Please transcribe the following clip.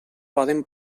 poden